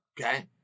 okay